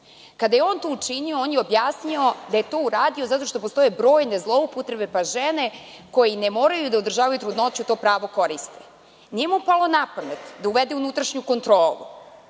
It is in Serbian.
Kada je on to učinio, on je objasnio da je to uradio zato što postoje brojne zloupotrebe, pa žene koje i ne moraju da održavaju trudnoću, to pravo koriste. Nije mu palo na pamet da uvede unutrašnju kontrolu,